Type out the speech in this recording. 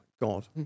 God